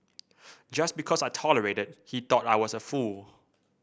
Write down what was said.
just because I tolerated he thought I was a fool